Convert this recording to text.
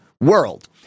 world